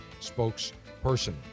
spokesperson